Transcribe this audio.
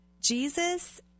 Jesus